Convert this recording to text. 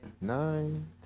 nine